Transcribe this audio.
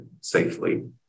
safely